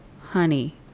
honey